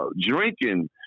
drinking